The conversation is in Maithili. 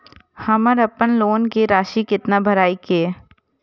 हमर अपन लोन के राशि कितना भराई के ये?